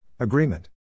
Agreement